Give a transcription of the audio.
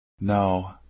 No